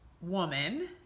Woman